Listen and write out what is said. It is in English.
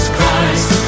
Christ